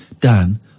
Dan